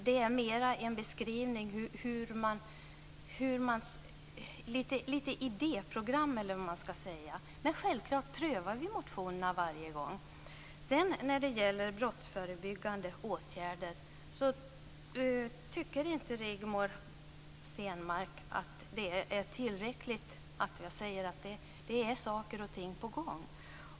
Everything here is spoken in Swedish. De har mera varit idéprogram. Men självklart prövar vi motionerna varje gång de väcks. Sedan var det frågan om brottsförebyggande åtgärder. Rigmor Stenmark tycker inte att det är tillräckligt att jag säger att det är saker och ting på gång.